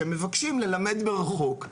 שהם מבקשים ללמד מרחוק.